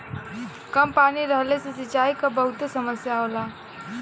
कम पानी रहले से सिंचाई क बहुते समस्या होला